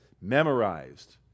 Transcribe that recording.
memorized